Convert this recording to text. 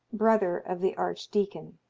brother of the archdeacon